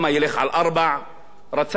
רצה שאבו מאזן ילך על ארבע,